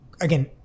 again